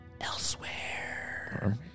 elsewhere